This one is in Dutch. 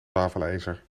wafelijzer